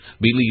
Believe